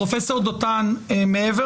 פרופ' דותן, מעבר